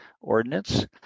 ordinance